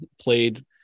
played